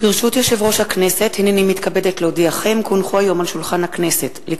יש לנו מחויבות על-פי החוק לקיים את